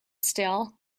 still